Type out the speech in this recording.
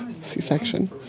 C-section